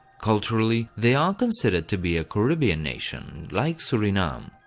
culturally, they are considered to be a carribbean nation, like suriname.